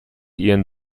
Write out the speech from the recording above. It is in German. ihren